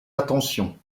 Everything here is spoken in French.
attentions